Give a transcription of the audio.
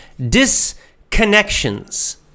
disconnections